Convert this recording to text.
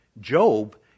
Job